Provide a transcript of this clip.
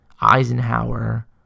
Eisenhower